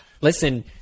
listen